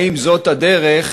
האם זאת הדרך,